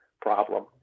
problem